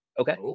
okay